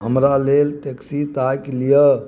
हमरा लेल टैक्सी ताकि लिअऽ